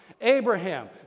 Abraham